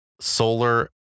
solar